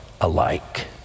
alike